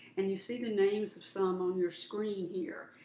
and you see the names of some on your screen here.